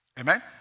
Amen